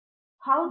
ಭಕ್ತಿ ಪಟೇಲ್ ಹೌದು